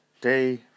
Day